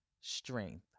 strength